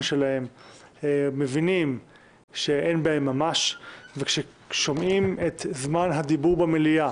שלהם מבינים שאין בהן ממש וכששומעים את זמן הדיבור במליאה